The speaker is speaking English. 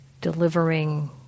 delivering